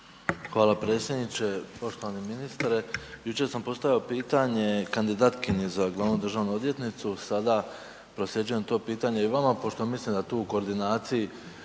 Hvala predsjedniče, poštovani ministre. Jučer sam postavio pitanje kandidatkinji za glavnu državnu odvjetnicu, sada prosljeđujem to pitanje i vama pošto mislim da tu u koordinaciji